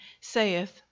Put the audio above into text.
saith